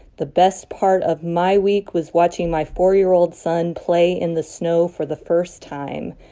the best part of my week was watching my four year old son play in the snow for the first time.